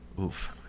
Oof